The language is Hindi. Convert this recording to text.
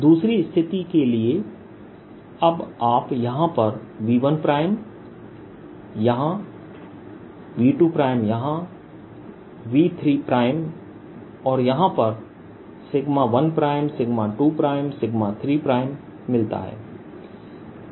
दूसरी स्थिति के लिए अब आप यहां पर V1 यहाँ V2 यहाँ V3 और यहाँ पर 1 2 3 मिलता है